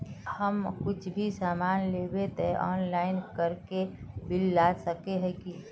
हम कुछ भी सामान लेबे ते ऑनलाइन करके बिल ला सके है की?